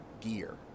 gear